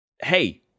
hey